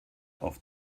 auf